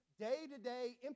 day-to-day